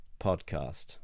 podcast